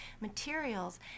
materials